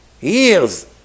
Years